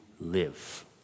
live